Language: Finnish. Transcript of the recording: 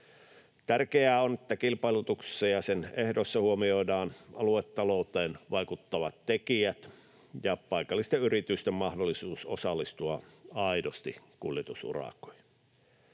Tärkeää on, että kilpailutuksessa ja sen ehdoissa huomioidaan aluetalouteen vaikuttavat tekijät ja paikallisten yritysten mahdollisuus osallistua aidosti kuljetusurakoihin.